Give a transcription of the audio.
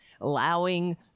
allowing